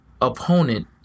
opponent